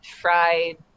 fried